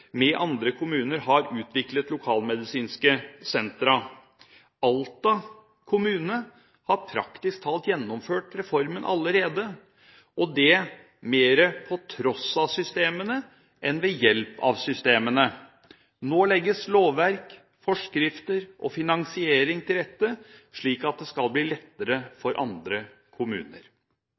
vi at svært mange kommuner allerede har gjort mange av grepene i reformen, og at inspirasjonen til reformen kommer fra de mange kommunene som alene eller i samarbeid med andre kommuner har utviklet lokalmedisinske sentre. Alta kommune har praktisk talt gjennomført reformen allerede, og det mer på tross av systemene enn ved hjelp av